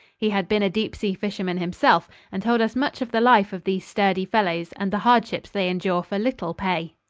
he had been a deep-sea fisherman himself and told us much of the life of these sturdy fellows and the hardships they endure for little pay.